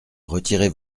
retirer